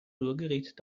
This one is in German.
rührgerät